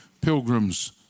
Pilgrim's